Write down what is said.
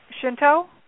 Shinto